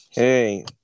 Hey